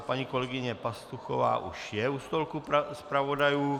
Paní kolegyně Pastuchová už je u stolku zpravodajů.